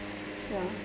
ya